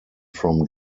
from